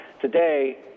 today